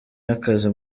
y’akazi